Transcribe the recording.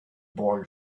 boy